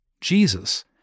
Jesus